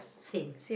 same